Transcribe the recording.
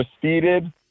proceeded